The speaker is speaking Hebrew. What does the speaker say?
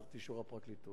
צריך אישור הפרקליטות,